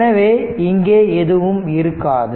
எனவே இங்கே எதுவும் இருக்காது